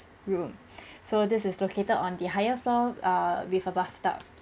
room so this is located on the higher floor err with a bathtub